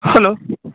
hello